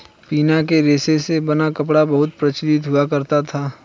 पिना के रेशे से बना कपड़ा बहुत प्रचलित हुआ करता था